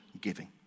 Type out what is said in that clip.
giving